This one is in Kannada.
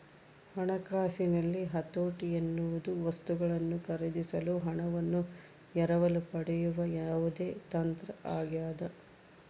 ಹಣಕಾಸಿನಲ್ಲಿ ಹತೋಟಿ ಎನ್ನುವುದು ವಸ್ತುಗಳನ್ನು ಖರೀದಿಸಲು ಹಣವನ್ನು ಎರವಲು ಪಡೆಯುವ ಯಾವುದೇ ತಂತ್ರ ಆಗ್ಯದ